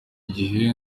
gihe